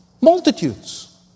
Multitudes